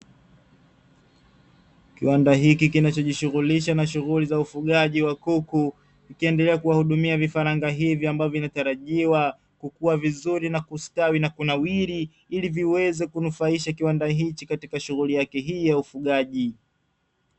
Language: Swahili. Kiwanda hiki kinachojishughulisha na shughuli za ufugaji wa kuku kikiendelea kuwahudumia vifaranga hivyo ambavyo vinatarajiwa kukua vizuri na kustawi na kunawiri ili viweze kunufaisha kiwanda hichi katika shughuli yake hii ya ufugaji.